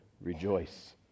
rejoice